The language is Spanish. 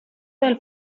del